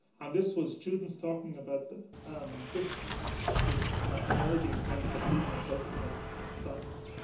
and this was students talking about but um this this emerging sense of being a prototype scientist.